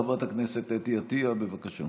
חברת הכנסת אתי עטייה, בבקשה.